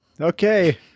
Okay